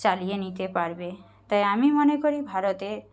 চালিয়ে নিতে পারবে তাই আমি মনে করি ভারতের